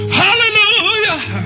hallelujah